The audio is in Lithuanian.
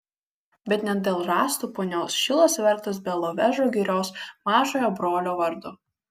bet ne dėl rąstų punios šilas vertas belovežo girios mažojo brolio vardo